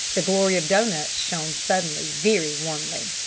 the glory-of-doughnuts shone suddenly very warmly.